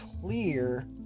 clear